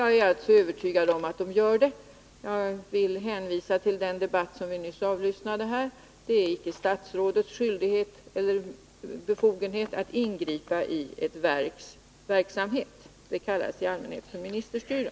Jag är också övertygad om att det sker en kontroll och vill f. ö. hänvisa till den debatt som vi nyss har avlyssnat. Statsrådet har inte befogenhet att ingripa i ett verks verksamhet. Detta kallas i allmänhet för ministerstyre.